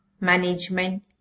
Management